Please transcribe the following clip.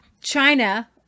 China